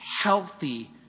healthy